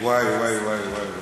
וואי וואי וואי וואי,